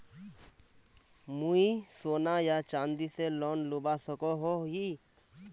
मुई सोना या चाँदी से लोन लुबा सकोहो ही?